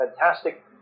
Fantastic